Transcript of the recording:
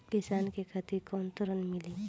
किसान के खातिर कौन ऋण मिली?